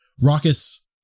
raucous